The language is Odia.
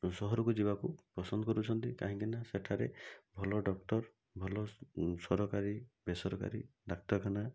ସହରକୁ ଯିବାକୁ ପସନ୍ଦ କରୁଛନ୍ତି କାହିଁକିନା ସେଠାରେ ଭଲ ଡକ୍ଟର ଭଲ ସ ସରକାରୀ ବେସରକାରୀ ଡାକ୍ତରଖାନା